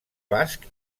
basc